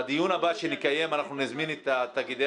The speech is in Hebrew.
בדיון הבא שנקיים אנחנו נזמין את תאגידי